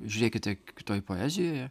žiūrėkite kitoj poezijoje